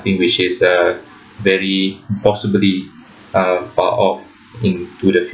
~thing which is uh very possibly uh far off into the fut~